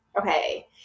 okay